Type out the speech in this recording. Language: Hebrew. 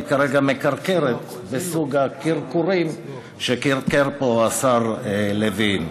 היא כרגע מקרקרת בסוג הקרקורים שקרקר פה השר לוין,